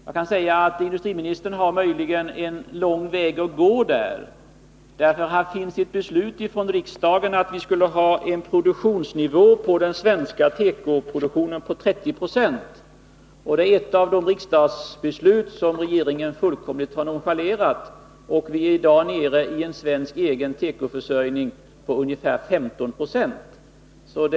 Jag kan tillägga att industriministern har en lång väg att gå därvidlag, därför att det finns ett beslut i riksdagen att vi skall ha en Nr 48 nivå på den svenska tekoproduktionen som svarar mot 30 96 av behovet. Torsdagen den Det är ett av de riksdagsbeslut som regeringen fullständigt har nonchale 10 december 1981 rat. Vi är i dag nere i en svensk egen tekoförsörjning på ungefär 15 96.